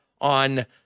on